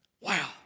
Wow